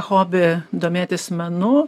hobį domėtis menu